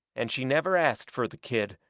and she never ast fur the kid,